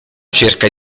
cerca